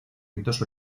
ritos